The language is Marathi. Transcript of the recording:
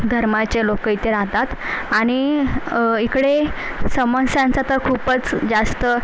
धर्माचे लोक इथे राहतात आणि इकडे समस्यांचा तर खूपच जास्त